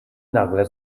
nagle